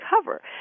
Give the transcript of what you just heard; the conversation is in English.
cover